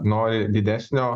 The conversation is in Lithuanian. nori didesnio